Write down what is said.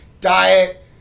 Diet